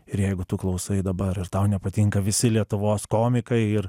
ir jeigu tu klausai dabar ir tau nepatinka visi lietuvos komikai ir